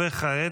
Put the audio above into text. כעת?